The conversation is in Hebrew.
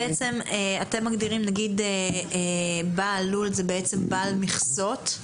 אתם מגדירים בעל לול שהוא בעצם בעל מכסות?